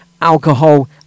alcohol